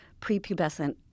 prepubescent